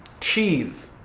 cheese.